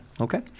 Okay